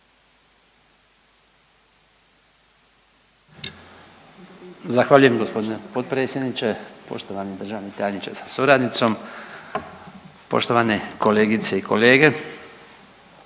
Zahvaljujem g. potpredsjedniče. Poštovani državni tajniče sa suradnicom, poštovane kolegice i kolege.